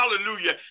hallelujah